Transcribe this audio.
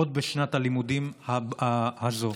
עוד בשנת הלימודים הזאת.